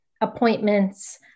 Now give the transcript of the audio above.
appointments